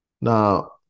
Now